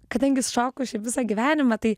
kadangi s šoku šiaip visą gyvenimą tai